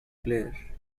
player